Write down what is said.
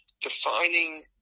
Defining